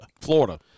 Florida